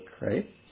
right